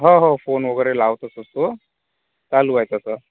हो हो फोन वगैरे लावतच असतो चालू आहे तसं